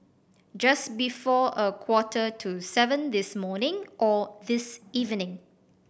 just before a quarter to seven this morning or this evening